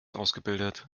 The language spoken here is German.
ausgebildet